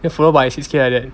then followed by six K like that